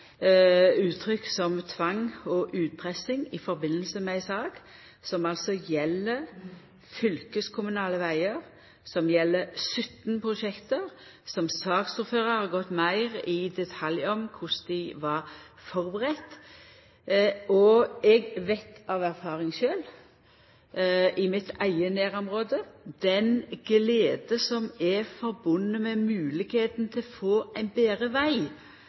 uttrykk som «tvang» og «utpressing» i samband med ei sak som gjeld fylkeskommunale vegar, som gjeld 17 prosjekt. Saksordføraren har gått meir i detalj om korleis dei var førebudde. Eg veit av erfaring, i mitt eige nærområde, den gleda som er knytt til høvet til å få en betre veg.